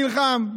נלחם,